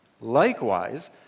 Likewise